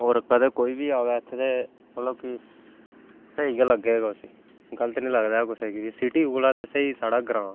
होर कदें कोई बी आवै इत्थें ते मतलब कि स्हेई गै लग्गग उसी गलत निं लगदा ऐ कुसै गी बी सिटी कोला ते स्हेई साढ़ा ग्रांऽ